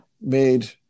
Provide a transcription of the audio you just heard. made